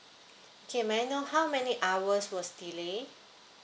okay may I know how many hours was delayed